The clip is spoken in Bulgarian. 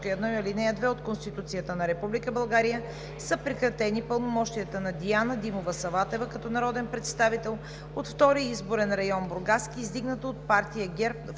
1 и ал. 2 от Конституцията на Република България са прекратени пълномощията на Диана Димова Саватева като народен представител от Втори изборен район – Бургаски, издигната от партия ГЕРБ